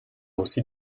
aussi